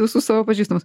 visus savo pažįstamus